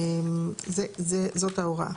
זאת ההוראה.